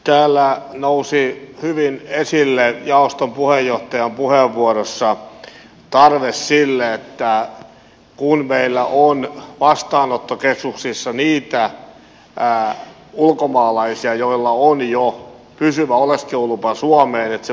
täällä nousi hyvin esille jaoston puheenjohtajan puheenvuorossa se että kun meillä on vastaanottokeskuksissa niitä ulkomaalaisia joilla on jo pysyvä oleskelulupa suomeen heidän paikkansa ei ole siellä